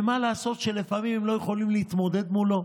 ומה לעשות שלפעמים הם לא יכולים להתמודד מולו